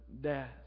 death